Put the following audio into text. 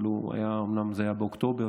אומנם זה היה באוקטובר,